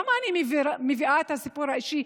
למה אני מביאה את הסיפור האישי?